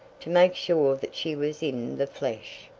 to make sure that she was in the flesh.